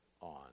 on